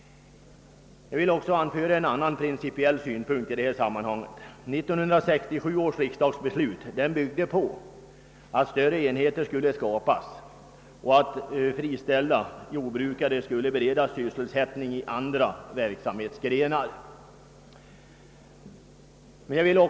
Jag vill vidare anföra en principiell synpunkt. 1967 års riksdagsbeslut byggde på att större enheter skulle skapas och att friställda jordbrukare skulle beredas sysselsättning i andra verksamhetsgrenar.